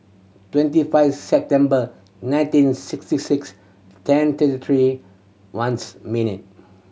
twenty five September nineteen sixty six ten thirty three ones minute